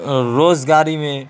روز گاری میں